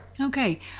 Okay